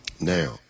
Now